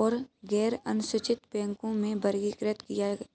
और गैरअनुसूचित बैंकों में वर्गीकृत किया है